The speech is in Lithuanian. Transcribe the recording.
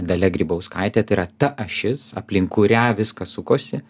dalia grybauskaitė tai yra ta ašis aplink kurią viskas sukosi